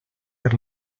per